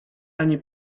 ani